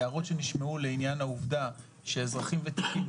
ההעלאה נמוכה מ-300 שקלים,